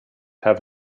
have